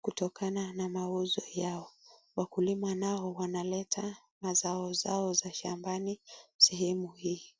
kutokana na mauzo yao, wakulima nao wanaleta mazao zao za shambani sehemu hii.